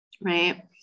Right